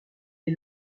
est